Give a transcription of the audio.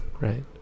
right